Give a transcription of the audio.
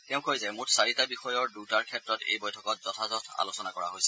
তেওঁ কয় যে মুঠ চাৰিটা বিষয়ৰ দুটাৰ ক্ষেত্ৰত এই বৈঠকত যথাযথ আলোচনা কৰা হৈছিল